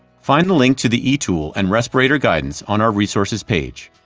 find the link to the etool and respirator guidance on our resources page.